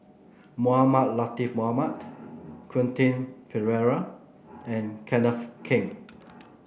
Mohamed Latiff Mohamed Quentin Pereira and Kenneth Keng